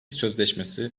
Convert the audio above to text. sözleşmesi